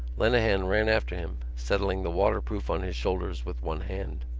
lenehan ran after him, settling the waterproof on his shoulders with one hand.